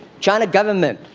china government,